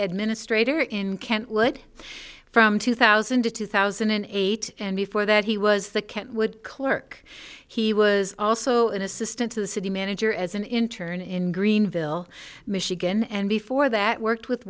administrator in kent wood from two thousand to two thousand and eight and before that he was the kenwood clerk he was also an assistant to the city manager as an intern in greenville michigan and before that worked with